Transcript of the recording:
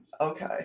Okay